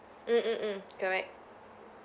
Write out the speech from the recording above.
mm mm mm correct